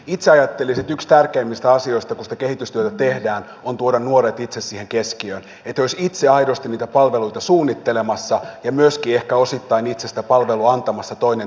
itse ajattelisin että yksi tärkeimmistä asioista kun sitä kehitystyötä tehdään on tuoda nuoret itse siihen keskiöön niin että he olisivat itse aidosti niitä palveluita suunnittelemassa ja myöskin ehkä osittain itse sitä palvelua antamassa toinen toisilleen